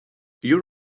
your